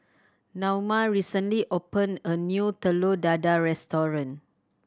Naoma recently opened a new Telur Dadah restaurant